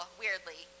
weirdly